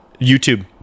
YouTube